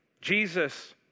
Jesus